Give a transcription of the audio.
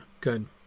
good